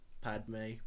Padme